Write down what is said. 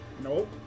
Nope